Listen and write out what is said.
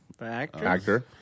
actor